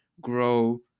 grow